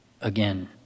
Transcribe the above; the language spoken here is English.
again